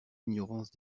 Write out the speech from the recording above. ignorance